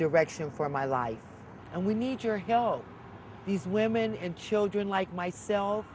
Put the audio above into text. direction for my life and we need your help these women and children like myself